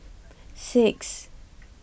six